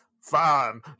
Fine